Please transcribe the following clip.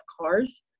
cars